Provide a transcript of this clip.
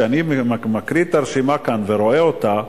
כשאני מקריא את הרשימה כאן ורואה אותה,